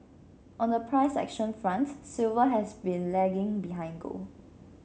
on the price action front silver has been lagging behind gold